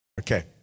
Okay